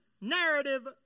narrative